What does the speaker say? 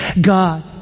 God